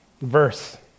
verse